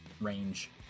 range